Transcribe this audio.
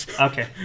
Okay